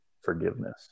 forgiveness